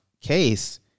case